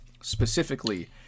Specifically